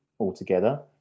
altogether